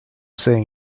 saying